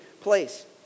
place